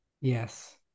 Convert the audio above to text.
Yes